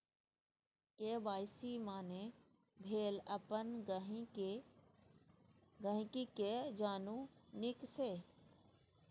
KYC माने भेल अपन गांहिकी केँ जानु नीक सँ